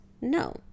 no